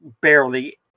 barely